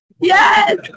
Yes